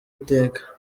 iteka